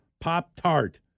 Pop-Tart